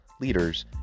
leaders